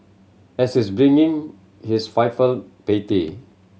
and is brimming his filial piety